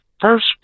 first